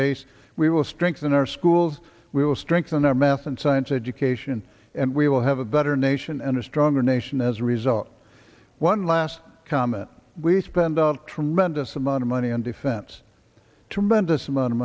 base we will strengthen our schools we will strengthen our math and science education and we will have a better nation and a stronger nation as a result one last comment we spend a tremendous amount of money on defense tremendous amount of